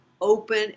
open